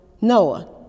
Noah